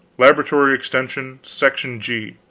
laboratory extension, section g.